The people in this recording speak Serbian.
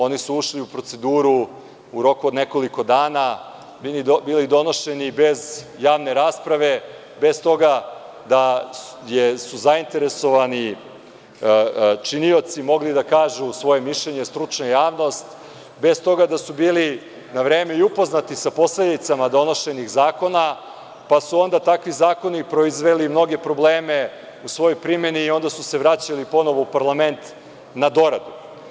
Oni su ušli u proceduru u roku od nekoliko dana, bili donošeni bez javne rasprave, bez toga da su zainteresovani činioci mogli da kažu svoje mišljenje, stručna javnost, bez toga da su bili na vreme i upoznati sa posledicama donošenih zakona, pa su onda takvi zakoni proizveli mnoge probleme u svojoj primeni i onda su se vraćali ponovo u parlament na doradu.